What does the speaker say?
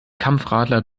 kampfradler